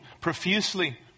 profusely